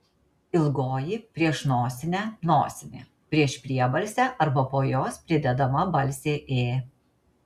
ilgoji prieš nosinę nosinė prieš priebalsę arba po jos pridedama balsė ė